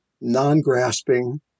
non-grasping